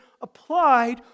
applied